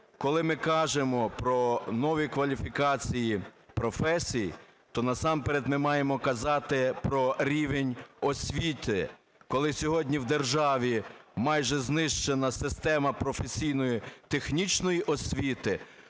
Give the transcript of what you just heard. Коли ми кажемо про нові кваліфікації професій, то насамперед ми маємо казати про рівень освіти. Коли сьогодні в державі майже знищена система професійно-технічної освіти,